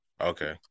okay